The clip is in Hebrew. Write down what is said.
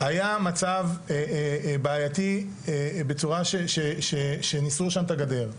היה מצב בעייתי בצורה שניסרו שם את הגדר,